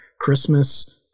Christmas